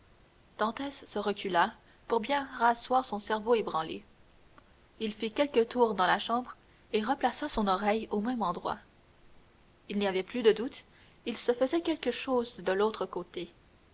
se recula pour bien rasseoir son cerveau ébranlé fit quelques tours dans la chambre et replaça son oreille au même endroit il n'y avait plus de doute il se faisait quelque chose de l'autre côté